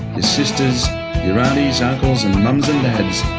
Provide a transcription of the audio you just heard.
your sisters, your aunties, uncles and mums and dads,